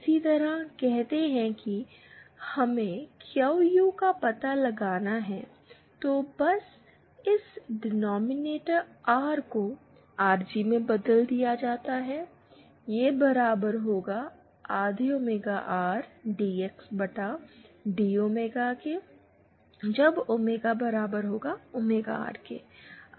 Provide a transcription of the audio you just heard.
इसी तरह कहते हैं कि हमें क्यू यू का पता लगाना है तो बस इस डिनॉमिनेटर आर को आर जी में बदल दिया जाता है यह बराबर होगा आधे ओमेगा आर डी एक्स बटा डी ओमेगा के जब ओमेगा बराबर है ओमेगा आर के